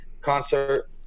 concert